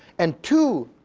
and two,